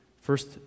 First